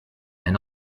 and